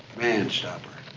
man-stopper.